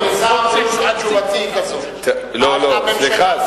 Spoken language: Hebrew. לשר הבריאות, תשובתי היא כזאת, לא, סליחה.